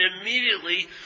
immediately